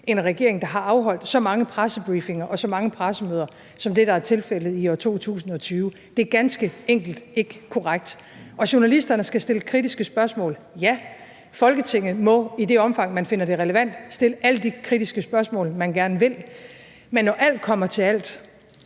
en regering, der har afholdt så mange pressebriefinger og så mange pressemøder som det, der er tilfældet i år 2020. Så det er ganske enkelt ikke korrekt. Og ja, journalisterne skal stille kritiske spørgsmål, og Folketinget må, i det omfang man finder det relevant, stille alle de kritiske spørgsmål, man gerne vil, men når alt kommer til alt,